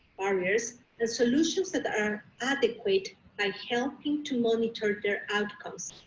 barriers and solutions that are adequate by helping to monitor their outcomes.